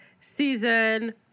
season